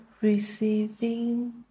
receiving